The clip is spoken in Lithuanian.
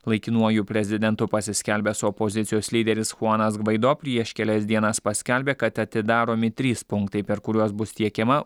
laikinuoju prezidentu pasiskelbęs opozicijos lyderis chuanas gvaido prieš kelias dienas paskelbė kad atidaromi trys punktai per kuriuos bus tiekiama